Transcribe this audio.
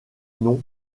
nom